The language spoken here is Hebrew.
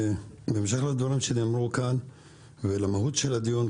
בהמשך לדברים שנאמרו כאן ולמהות של הדיון,